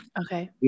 Okay